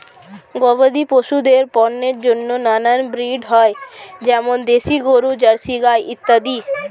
গবাদি পশুদের পণ্যের জন্য নানান ব্রিড হয়, যেমন দেশি গরু, জার্সি ইত্যাদি